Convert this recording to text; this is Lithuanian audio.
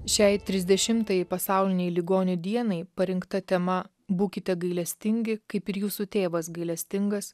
šiai trisdešimtajai pasaulinei ligonių dienai parinkta tema būkite gailestingi kaip ir jūsų tėvas gailestingas